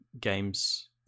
games